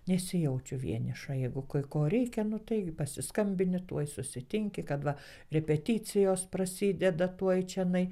nesijaučiu vieniša jeigu kai ko reikia nu tai pasiskambini tuoj susitinki kad va repeticijos prasideda tuoj čionai